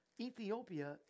Ethiopia